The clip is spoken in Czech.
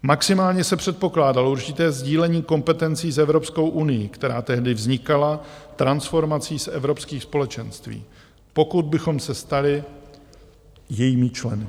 Maximálně se předpokládalo určité sdílení kompetencí s Evropskou unií, která tehdy vznikala transformací z Evropských společenství, pokud bychom se stali jejími členy.